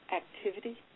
activity